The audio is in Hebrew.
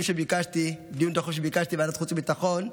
בדיון דחוף שביקשתי בוועדת החוץ וביטחון,